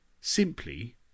simply